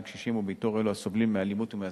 קשישים ובאיתור אלה הסובלים מאלימות ומהזנחה.